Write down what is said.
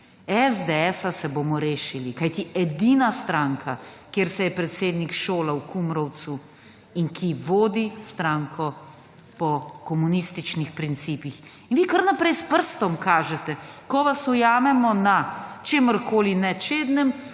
SDS se bomo rešili, kajti je edina stranka, kjer se je predsednik šolal v Kumrovcu in ki vodi stranko po komunističnih principih. In vi kar naprej s prstom kažete. Ko vas ujamemo na čemerkoli nečednem,